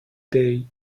day